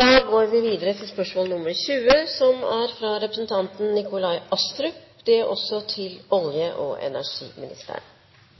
«EUs rammedirektiv om økodesign innfører felles krav til økodesign for energirelaterte produkter. EU legger til grunn en primærenergifaktor som